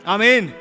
Amen